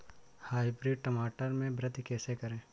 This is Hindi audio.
हाइब्रिड टमाटर में वृद्धि कैसे करें?